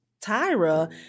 Tyra